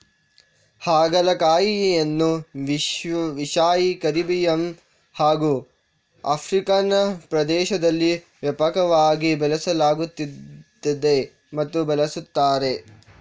ಹಾಗಲಕಾಯಿಯನ್ನು Asia, Caribbean ಹಾಗೂ African ಪ್ರದೇಶದಲ್ಲಿ ವ್ಯಾಪಕವಾಗಿ ಬೆಳೆಸಲಾಗುತ್ತದೆ ಮತ್ತು ಬಳಸುತ್ತಾರೆ